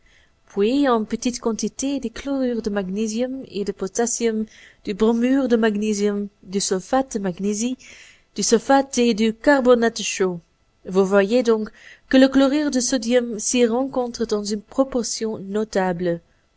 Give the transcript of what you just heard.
puis en petite quantité des chlorures de magnésium et de potassium du bromure de magnésium du sulfate de magnésie du sulfate et du carbonate de chaux vous voyez donc que le chlorure de sodium s'y rencontre dans une proportion notable